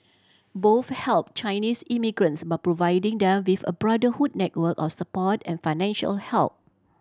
both help Chinese immigrants by providing them with a brotherhood network of support and financial help